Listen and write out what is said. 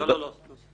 ואחר כך סאלח סעד.